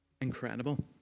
Incredible